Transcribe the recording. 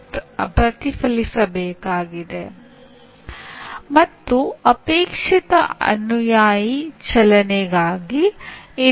ಪಠ್ಯಕ್ರಮದ ವಸ್ತು ಅಭಿವರ್ಧಕರು ಅಂದರೆ ಕಲಿಯುವವರು ಮತ್ತು ವೆಬ್ ಆಧಾರಿತ ಪಠ್ಯಕ್ರಮದ ವಿನ್ಯಾಸಕರು ಜ್ಞಾನ ನಿರ್ವಹಣಾ ವ್ಯವಸ್ಥೆಯ ವಿನ್ಯಾಸಕರು ಬಳಸಲಿರುವ ವಸ್ತು